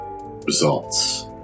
results